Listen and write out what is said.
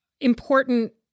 important